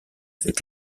avec